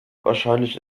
wahrscheinlich